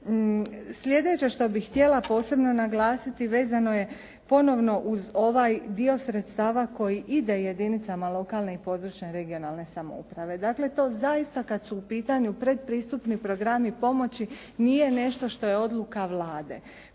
Sljedeće što bih htjela posebno naglasiti, vezano je ponovno uz ovaj dio sredstava koji ide jedinicama lokalne i područne (regionalne) samouprave. Dakle, to zaista kada su u pitanju predpristupni programi pomoći nije nešto što je odluka Vlade.